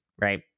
right